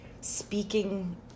speaking